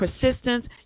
persistence